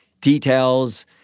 details